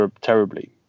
terribly